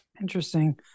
interesting